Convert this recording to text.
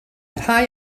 rhai